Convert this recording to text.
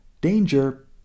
Danger